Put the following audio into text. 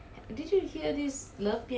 oh havoc brothers ah